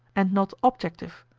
and not objective,